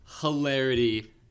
hilarity